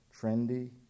trendy